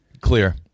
Clear